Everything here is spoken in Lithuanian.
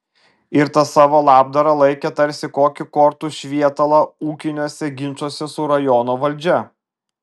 ir tą savo labdarą laikė tarsi kokį kortų švietalą ūkiniuose ginčuose su rajono valdžia